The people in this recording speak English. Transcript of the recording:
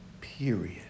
period